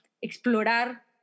explorar